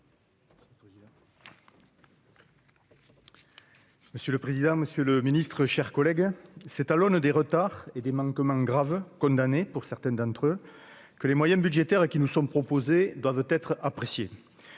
Monsieur le président, monsieur le ministre, mes chers collègues, c'est à l'aune des retards et des manquements graves- condamnés pour certains d'entre eux -que les moyens budgétaires qui nous sont proposés doivent être appréciés.